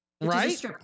Right